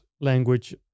language